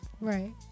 Right